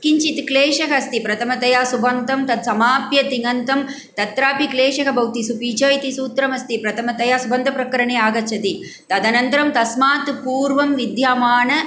किञ्चित् क्लेशः अस्ति प्रथमतया सुबन्तं तत् समाप्य तिङन्तं तत्रापि क्लेशः भवति सुपि च इति सूत्रम् अस्ति प्रथमतया सुबन्तप्रकरणे आगच्छति तदनन्तरं तस्मात् पूर्वं विद्यमान